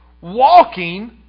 walking